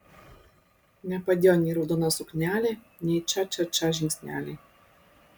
nepadėjo nei raudona suknelė nei ča ča ča žingsneliai